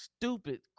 stupid